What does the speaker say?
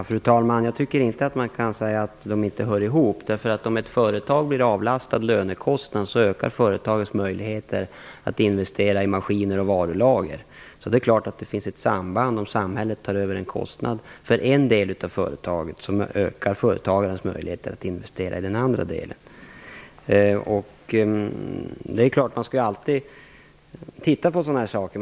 Fru talman! Jag tycker inte att man kan säga att dessa två saker inte hör ihop. Om ett företag blir avlastat sina lönekostnader ökar företagets möjligheter att investera i maskiner och varulager. Det är klart att det finns ett samband. Om samhället tar över en kostnad för en del av företaget ökar företagarens möjligheter att investera i den andra delen. Man skall alltid se över sådana här saker.